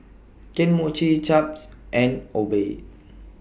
Kane Mochi Chaps and Obey